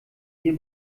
hier